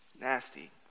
nasty